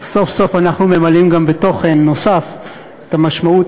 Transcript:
סוף-סוף אנחנו ממלאים גם בתוכן נוסף את המשמעות